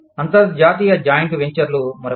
అంతర్జాతీయ జాయింట్ వెంచర్లుమరొకటి